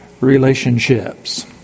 relationships